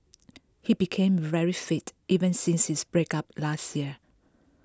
he became very fit even since his breakup last year